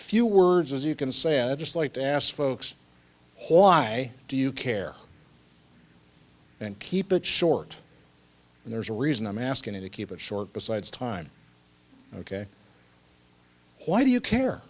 few words as you can say i'd just like to ask folks why do you care and keep it short and there's a reason i'm asking you to keep it short besides time ok why do you care